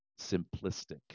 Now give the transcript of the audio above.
simplistic